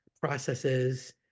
processes